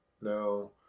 no